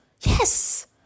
Yes